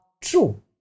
True